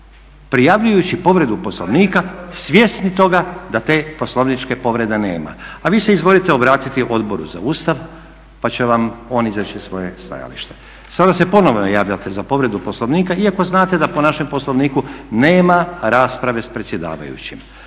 prijavljujući povredu Poslovnika svjesni toga da te poslovničke povrede nema. A vi se izvolite obratiti Odboru za Ustav pa će vam on izreći svoje stajalište. Sada se ponovno javljate za povredu Poslovnika iako znate da po našem Poslovniku nema rasprave s predsjedavajućim.